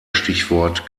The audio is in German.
stichwort